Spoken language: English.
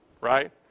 right